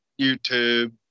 youtube